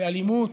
באלימות,